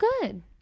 good